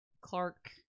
clark